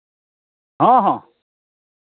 ᱦᱮᱸ ᱦᱮᱸ